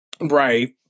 right